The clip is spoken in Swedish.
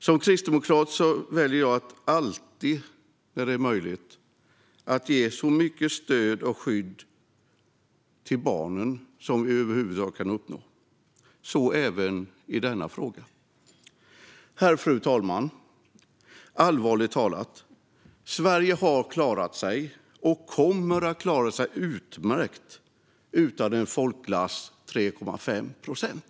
Som kristdemokrat väljer jag att alltid, när det är möjligt, ge så mycket stöd och skydd till barnen som över huvud taget kan uppnås, så även i denna fråga. Fru talman! Allvarligt talat: Sverige har klarat sig och kommer att klara sig utmärkt utan en folkglass 3,5 procent.